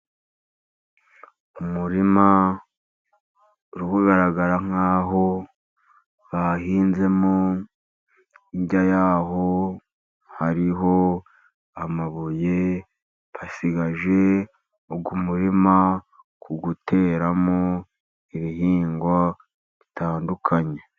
Umurima uri kugaragara nk'aho bahinzemo, hirya yaho hariho amabuye, basigaje uyu murima wo guteramo ibihingwa bitandukanye.